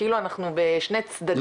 כאילו אנחנו בשני צדדים שונים של המשימה,